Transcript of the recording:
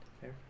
Fair